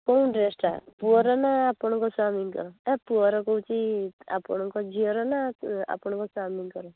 କେଉଁ ଡ୍ରେସ୍ଟା ପୁଅର ନା ଆପଣଙ୍କ ସ୍ୱାମୀଙ୍କର ଏ ପୁଅର କହୁଛି ଆପଣଙ୍କ ଝିଅର ନା ଆପଣଙ୍କ ସ୍ୱାମୀଙ୍କର